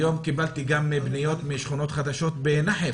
היום קיבלתי פניות גם משכונות חדשות בנחף.